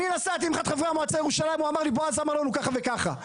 אני נסעתי עם חבר מועצת ירושלים הוא אמר לי בועז אמר לנו ככה וככה.